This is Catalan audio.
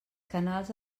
canals